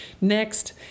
Next